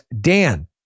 Dan